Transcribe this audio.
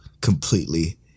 Completely